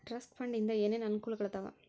trust fund ಇಂದ ಏನೇನ್ ಅನುಕೂಲಗಳಾದವ